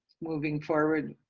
moving forward,